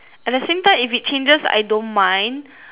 at the same time if it changes I don't mind